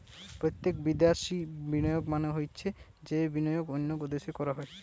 প্রত্যক্ষ বিদ্যাশি বিনিয়োগ মানে হৈছে যেই বিনিয়োগ অন্য দেশে করা হয়